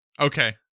okay